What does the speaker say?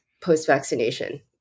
post-vaccination